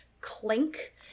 clink